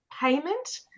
payment